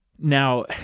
Now